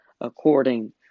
according